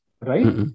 right